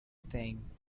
thing